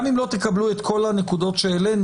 גם אם לא תקבלו את כל הנקודות שהעלינו,